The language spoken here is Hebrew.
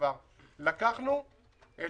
לקחנו את